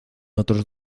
otros